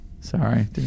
Sorry